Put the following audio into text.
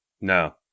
No